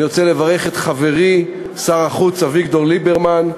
אני רוצה לברך את חברי שר החוץ אביגדור ליברמן,